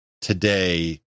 today